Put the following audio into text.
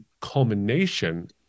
culmination